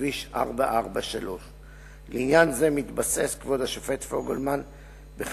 בכביש 443. לעניין זה מתבסס כבוד השופט פוגלמן בחלק